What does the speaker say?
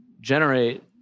generate